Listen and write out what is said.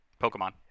Pokemon